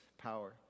power